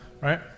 Right